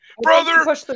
Brother